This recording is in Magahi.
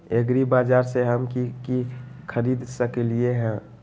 एग्रीबाजार से हम की की खरीद सकलियै ह?